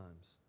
times